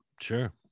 Sure